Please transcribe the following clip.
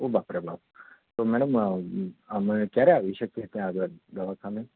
ઓ બાપ રે બાપ તો મેડમ અમે ક્યારે આવી શકીએ ત્યાં આગળ દવાખાને